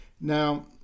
Now